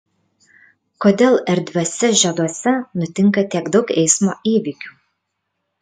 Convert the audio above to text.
kodėl erdviuose žieduose nutinka tiek daug eismo įvykių